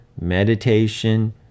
meditation